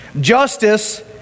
Justice